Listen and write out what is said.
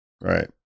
Right